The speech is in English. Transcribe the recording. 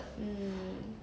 mm